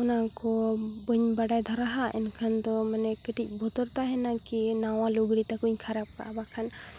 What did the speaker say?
ᱚᱱᱟ ᱠᱚ ᱵᱟᱹᱧ ᱵᱟᱰᱟᱭ ᱫᱷᱟᱨᱟ ᱮᱱᱠᱷᱟᱱ ᱫᱚ ᱢᱟᱱᱮ ᱠᱟᱹᱴᱤᱡ ᱵᱚᱛᱚᱨ ᱛᱟᱦᱮᱱᱟ ᱠᱤ ᱱᱟᱣᱟ ᱞᱩᱜᱽᱲᱤ ᱛᱟᱠᱚᱧ ᱠᱷᱟᱨᱟᱯ ᱠᱟᱜᱼᱟ ᱵᱟᱝᱠᱷᱟᱱ